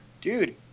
Dude